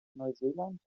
neuseeland